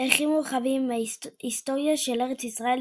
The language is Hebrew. ערכים מורחבים – היסטוריה של ארץ ישראל,